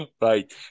Right